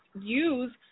use